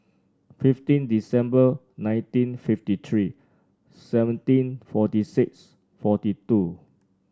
fifteen December nineteen fifty three seventeen forty six forty two